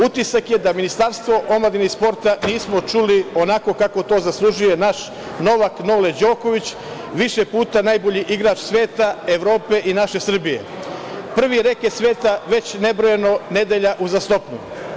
Utisak je da Ministarstvo omladine i sporta nismo čuli onako kako to zaslužuje naš Novak Nole Đukanović, više puta najbolji igrač sveta, Evrope i naše Srbije, prvi reket sveta već nebrojeno nedelja uzastopno.